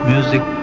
Music